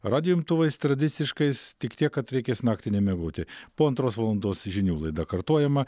radijo imtuvais tradiciškais tik tiek kad reikės naktį nemiegoti po antros valandos žinių laida kartojama